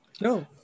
No